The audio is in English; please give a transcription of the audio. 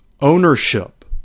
ownership